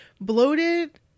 bloated